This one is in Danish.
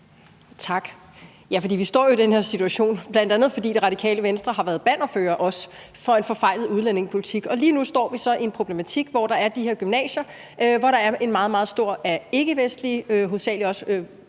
Tak. Ja, for vi står jo i den her situation, bl.a. fordi Radikale Venstre også har været bannerfører for en forfejlet udlændingepolitik. Og lige nu står vi så i en problematik, hvor der er de her gymnasier med en meget, meget stor andel af ikkevestlige